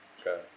Okay